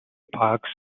parks